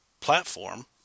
platform